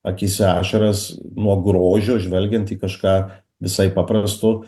akyse ašaras nuo grožio žvelgiant į kažką visai paprasto